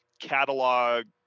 catalog